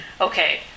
okay